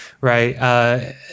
right